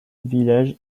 village